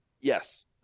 Yes